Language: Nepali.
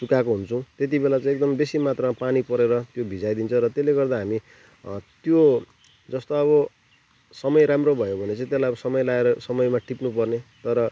सुकाएको हुन्छौँ त्यतिबेला चाहिँ एकदम बेसी मात्रा पानी परेर त्यो भिजाइदिन्छ र त्यसले गर्दा हामी त्यो जस्तो अब समय राम्रो भयो भने चाहिँ त्यसलाई समय लाएर समयमा टिप्नु पर्ने तर